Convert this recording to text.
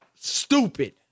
stupid